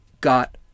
got